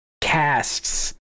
casts